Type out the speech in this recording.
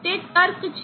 જે તર્ક છે